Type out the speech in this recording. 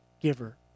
giver